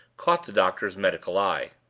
caught the doctor's medical eye.